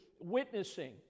witnessing